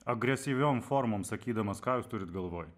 agresyviom formom sakydamas ką jūs turite galvoje